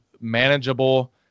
manageable